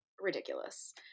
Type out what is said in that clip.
ridiculous